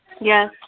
Yes